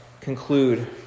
conclude